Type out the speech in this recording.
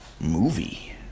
movie